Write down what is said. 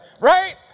right